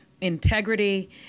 integrity